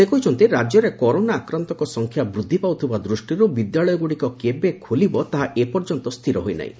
ସେ କହିଛନ୍ତି ରାକ୍ୟରେ କରୋନା ଆକ୍ରାନ୍ଡଙ୍କ ସଂଖ୍ୟା ବୃଦ୍ଧି ପାଉଥିବା ଦୃଷ୍ଟିରୁ ବିଦ୍ୟାଳୟଗୁଡିକ କେବେ ଖୋଲିବ ତାହା ଏପର୍ଯ୍ୟନ୍ତ ସ୍ସିର ହୋଇନାହିଁ